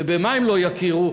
ובמה הם לא יכירו,